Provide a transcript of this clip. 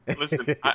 Listen